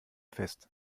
fest